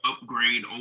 upgrade